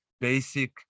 basic